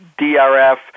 DRF